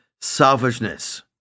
selfishness